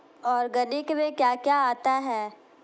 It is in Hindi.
ऑर्गेनिक में क्या क्या आता है?